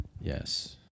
Yes